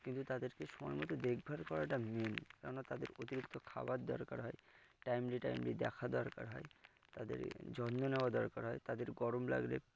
কিন্তু তাদেরকে সময় মতো দেখভাল করাটা মেন কেননা তাদের অতিরিক্ত খাওয়ার দরকার হয় টাইমলি টাইমলি দেখা দরকার হয় তাদের যত্ন নেওয়া দরকার হয় তাদের গরম লাগলে